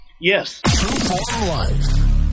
Yes